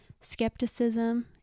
skepticism